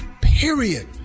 Period